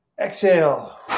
exhale